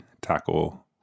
tackle